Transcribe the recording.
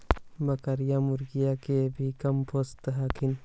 बकरीया, मुर्गीया के भी कमपोसत हखिन?